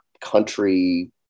country